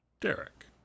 Derek